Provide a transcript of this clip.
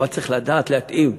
אבל צריך לדעת להתאים.